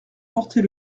porter